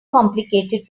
complicated